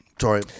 Sorry